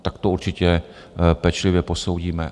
Tak to určitě pečlivě posoudíme.